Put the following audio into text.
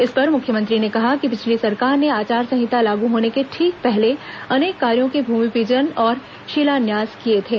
इस पर मुख्यमंत्री ने कहा कि पिछली सरकार ने आचार संहिता लागू होने के ठीक पहले अनेक कार्यो के भूमिप्रजन और शिलान्यास किए थे